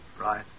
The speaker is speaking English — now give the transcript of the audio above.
Right